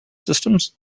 systems